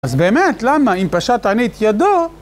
אז באמת, למה? אם פשט עני את ידו?